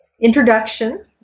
introduction